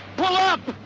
pull up!